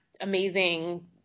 amazing